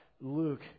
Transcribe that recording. Luke